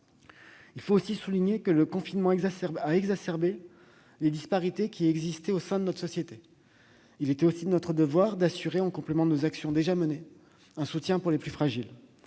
Il faut aussi souligner que le confinement a exacerbé les disparités qui existaient au sein de notre société. Il était donc de notre devoir d'assurer, en complément des actions déjà menées, un soutien pour les plus fragiles.